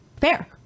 Fair